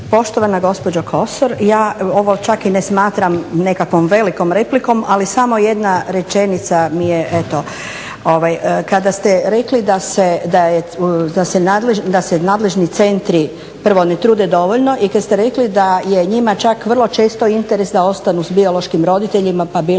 Poštovana gospođo Kosor, ja ovo čak i ne smatram nekakvom velikom replikom ali samo jedna rečenica mi je eto, kada ste rekli da se nadležni centri prvo ne trude dovoljno i kada ste rekli da je njima čak vrlo često interes da ostanu sa biološkim roditeljima pa bilo